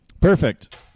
Perfect